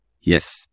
Yes